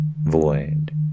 void